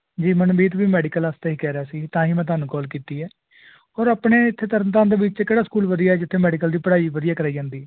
ਜੀ ਮਨਮੀਤ ਵੀ ਮੈਡੀਕਲ ਵਾਸਤੇ ਹੀ ਕਹਿ ਰਿਹਾ ਸੀ ਤਾਂ ਹੀ ਮੈਂ ਤੁਹਾਨੂੰ ਕੋਲ ਕੀਤੀ ਹੈ ਔਰ ਆਪਣੇ ਇੱਥੇ ਤਰਨ ਤਾਰਨ ਦੇ ਵਿੱਚ ਕਿਹੜਾ ਸਕੂਲ ਵਧੀਆ ਜਿੱਥੇ ਮੈਡੀਕਲ ਦੀ ਪੜ੍ਹਾਈ ਵਧੀਆ ਕਰਾਈ ਜਾਂਦੀ